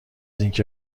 اینکه